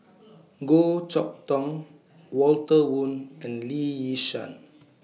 Goh Chok Tong Walter Woon and Lee Yi Shyan